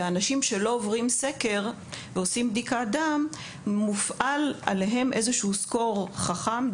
על אנשים שלא עוברים סקר ועושים בדיקת דם מופעל איזה סקור חכם,